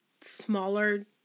smaller